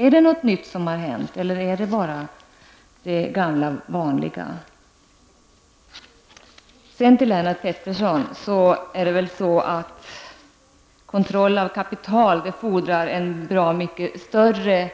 Är det något nytt som har hänt eller är det bara det gamla vanliga? Sedan vänder jag mig till Lennart Pettersson. Det är väl så att kontroll av kapital fordrar en mycket större